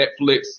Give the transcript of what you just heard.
Netflix